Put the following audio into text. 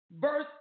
verse